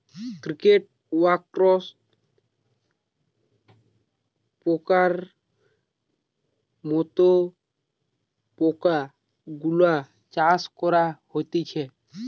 cricket, wax পোকার মত পোকা গুলার চাষ করা হতিছে